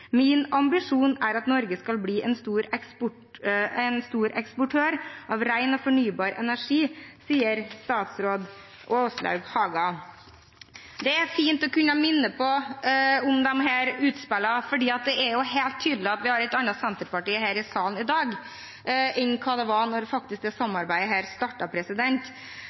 Min ambisjon er at Norge skal bli en stor eksportør av rein og fornybar energi.» Det er fint å kunne minne om disse utspillene, for det er helt tydelig at vi har et annet Senterparti her i salen i dag, enn hva det var da dette samarbeidet faktisk startet. Jeg ønsker å vise til det nok en gang, fordi det er mange som ønsker å skape splid når det